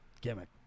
Gimmick